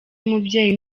y’umubyeyi